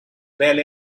bel